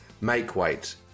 make-weight